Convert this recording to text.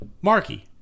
Marky